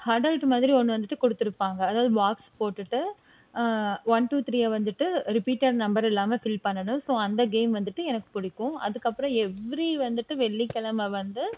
huddled மாதிரி ஒன்று வந்துட்டு கொடுத்துருப்பாங்க அதாவது பாக்ஸ் போட்டுட்டு ஒன் டூ த்ரீயை வந்துட்டு ரிப்பீட்டட் நம்பர் இல்லாமல் ஃபில் பண்ணணும் ஸோ அந்த கேம் வந்துட்டு எனக்கு பிடிக்கும் அதுக்கப்புறம் எவ்ரி வந்துட்டு வெள்ளிக்கிழம வந்து